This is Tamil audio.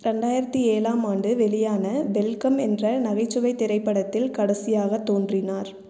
ரெண்டாயிரத்தி ஏழாம் ஆண்டு வெளியான வெல்கம் என்ற நகைச்சுவைத் திரைப்படத்தில் கடைசியாகத் தோன்றினார்